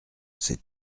c’est